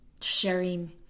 sharing